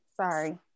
sorry